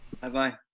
Bye-bye